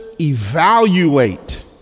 evaluate